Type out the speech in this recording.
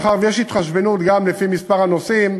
מאחר שיש התחשבנות גם לפי מספר הנוסעים,